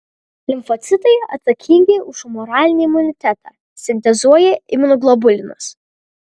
limfocitai atsakingi už humoralinį imunitetą sintezuoja imunoglobulinus